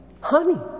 honey